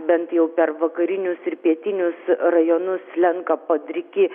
bent jau per vakarinius ir pietinius rajonus slenka padriki